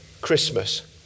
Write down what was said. Christmas